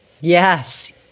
yes